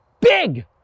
big